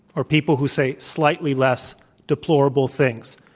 or people who say slightly less deplorable things.